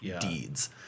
deeds